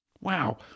Wow